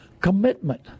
commitment